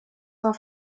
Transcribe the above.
war